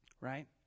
right